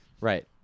Right